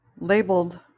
labeled